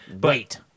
Wait